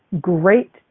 great